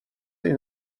این